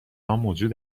موجود